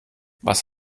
was